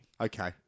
Okay